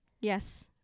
Yes